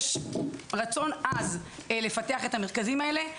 יש רצון עז לפתח את המרכזים האלה.